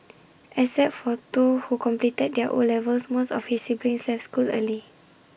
except for two who completed their O levels most of his siblings left school early